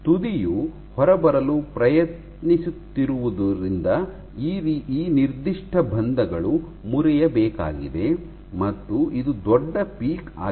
ತುದಿಯು ಹೊರಬರಲು ಪ್ರಯತ್ನಿಸುತ್ತಿರುವುದರಿಂದ ಆ ನಿರ್ದಿಷ್ಟ ಬಂಧಗಳು ಮುರಿಯಬೇಕಾಗಿದೆ ಮತ್ತು ಇದು ದೊಡ್ಡ ಪೀಕ್ ಆಗಿದೆ